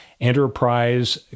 enterprise